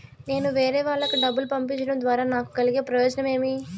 నేను వేరేవాళ్లకు డబ్బులు పంపించడం ద్వారా నాకు కలిగే ప్రయోజనం ఏమి?